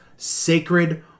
sacred